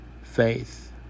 faith